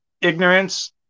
Ignorance